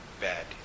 bad